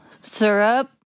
syrup